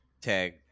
tag